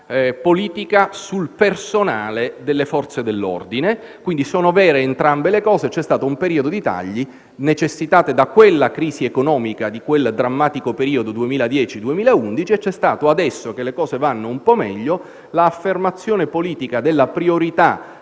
politica sul personale delle Forze dell'ordine. Quindi sono vere entrambe le cose: c'è stato un periodo di tagli necessitati dalla crisi economica del drammatico periodo 2010 - 2011 e adesso che le cose vanno un po' meglio vi è l'affermazione politica della priorità